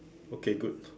okay good